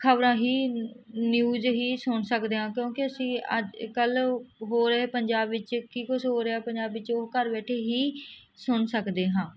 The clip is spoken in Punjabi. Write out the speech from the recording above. ਖਬਰਾਂ ਹੀ ਨਿਊਜ਼ ਹੀ ਸੁਣ ਸਕਦੇ ਹਾਂ ਕਿਉਂਕਿ ਅਸੀਂ ਅੱਜ ਕੱਲ੍ਹ ਹੋ ਰਹੇ ਪੰਜਾਬ ਵਿੱਚ ਕੀ ਕੁਛ ਹੋ ਰਿਹਾ ਪੰਜਾਬੀ ਵਿੱਚ ਉਹ ਘਰ ਬੈਠੇ ਹੀ ਸੁਣ ਸਕਦੇ ਹਾਂ